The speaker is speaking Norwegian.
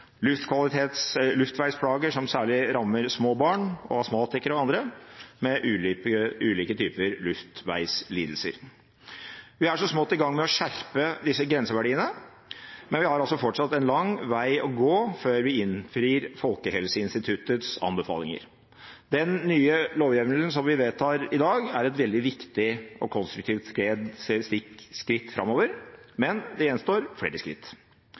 luftveisplager, som særlig rammer små barn, astmatikere og andre med ulike typer luftveislidelser. Vi er så smått i gang med å skjerpe disse grenseverdiene, men vi har altså fortsatt en lang vei å gå før vi innfrir Folkehelseinstituttets anbefalinger. Den nye lovhjemmelen som vi vedtar i dag, er et veldig viktig og konstruktivt skritt framover, men det gjenstår flere skritt.